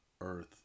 earth